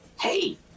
hey